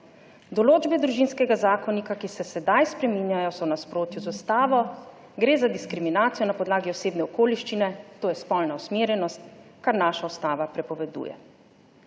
Določbe Družinskega zakonika, ki se sedaj spreminjajo, so v nasprotju z Ustavo. Gre za diskriminacijo na podlagi osebne okoliščine, to je spolna usmerjenost, kar naša Ustava prepoveduje.